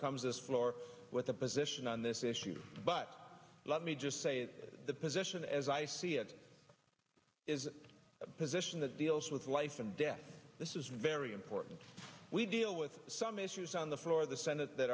comes this floor with a position on this issue but let me just say it the position as i see it is a position that deals with life and death this is very important we deal with some issues on the floor of the senate that